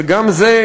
וגם זה,